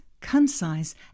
concise